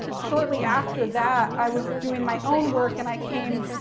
shortly after that, i was doing my own work, and i came,